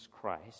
Christ